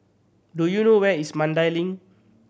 do you know where is Mandai Link